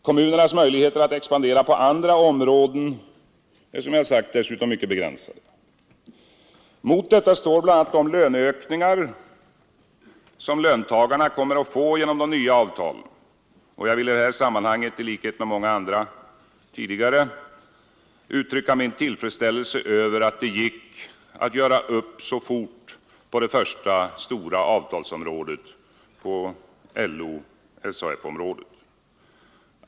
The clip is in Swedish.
Kommunernas möjligheter att expandera på andra områden är, som jag sagt, dessutom mycket begränsade. Mot detta står bl.a. de löneökningar som löntagarna kommer att få genom de nya avtalen. Jag vill i detta sammanhang — i likhet med många andra tidigare — uttrycka min tillfredsställelse över att det gick att göra upp så fort på det första stora avtalsområdet, LO-SAF-området.